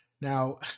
Now